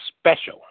special